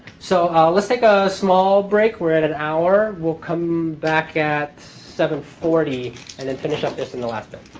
so let's take a small break. we're at an hour. we'll come back at seven forty and then finish up this in the last bit.